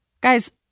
Guys